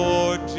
Lord